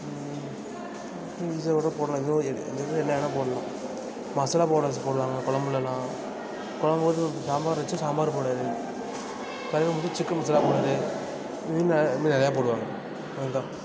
இன்னும் ஈசியானது கூட போடலாம் இன்னும் என்ன வேணால் போடலாம் மசாலா பவுடர்ஸ் போடலாம் குழம்புலலாம் குழம்போது சாம்பார் வைச்சா சாம்பார் பவுடரு கறி சிக்கன் மசாலா போடுறது இது இது மாதிரி நிறையா போடுவாங்க அவ்வளோ தான்